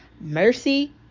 Mercy